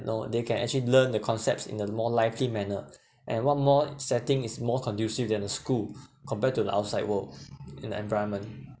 you know they can actually learn the concepts in a more lively manner and what more setting is more conducive than a school compared to the outside world in environment